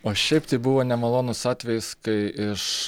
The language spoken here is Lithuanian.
o šiaip tai buvo nemalonus atvejis kai iš